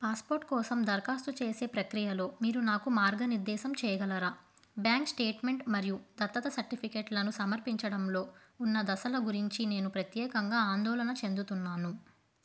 passport కోసం దరఖాస్తు చేసే ప్రక్రియలో మీరు నాకు మార్గనిర్దేశం చేయగలరా బ్యాంక్ స్టేట్మెంట్ మరియు దత్తత సర్టిఫికేట్లను సమర్పించడంలో ఉన్న దశల గురించి నేను ప్రత్యేకంగా ఆందోళన చెందుతున్నాను